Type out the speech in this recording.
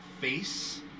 face